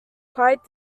quite